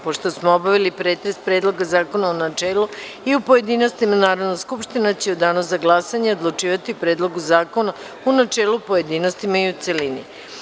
Pošto smo obavili pretres Predloga zakona u načelu i u pojedinostima, Narodna skupština će u Danu za glasanje odlučivati o Predlogu zakona u načelu, pojedinostima i u celini.